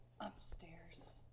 upstairs